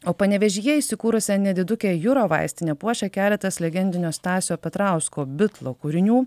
o panevėžyje įsikūrusią nedidukę juro vaistinę puošia keletas legendinio stasio petrausko bitlo kūrinių